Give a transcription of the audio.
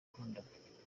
gukundana